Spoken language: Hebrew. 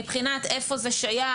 מבחינת איפה זה שייך,